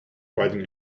riding